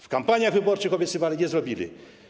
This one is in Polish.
W kampaniach wyborczych obiecywali, nie zrobili.